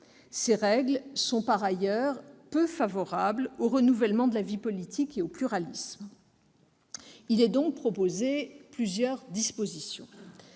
Ces règles sont par ailleurs peu favorables au renouvellement de la vie politique et au pluralisme. Il est donc proposé, tout d'abord,